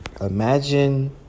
Imagine